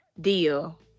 deal